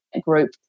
group